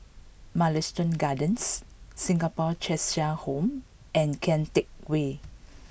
Mugliston Gardens Singapore Cheshire Home and Kian Teck Way